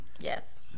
Yes